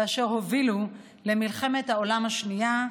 ואשר הובילו למלחמת העולם השנייה,